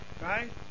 Right